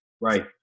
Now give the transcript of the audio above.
Right